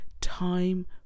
time